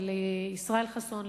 ולישראל חסון,